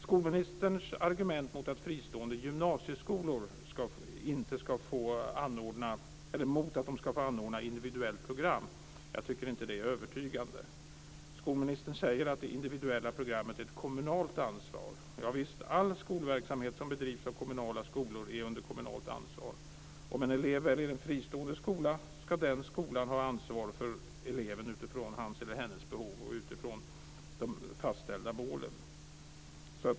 Skolministerns argument mot att fristående gymnasieskolor ska få anordna individuella program tycker jag inte är övertygande. Skolministern säger att det individuella programmet är ett kommunalt ansvar. Javisst; all skolverksamhet som bedrivs av kommunala skolor är under kommunalt ansvar. Om en elev väljer en fristående skola ska den skolan ha ansvar för eleven utifrån hans eller hennes behov och utifrån de fastställda målen.